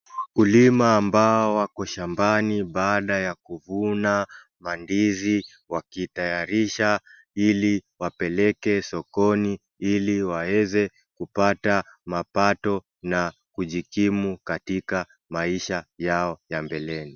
Wakulima ambao wako shambani baada ya kuvuna mandizi wakitayarisha ili wapeleke sokoni ili waweze kupata mapato na kujikimu katika maisha yao ya mbeleni.